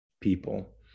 people